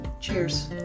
Cheers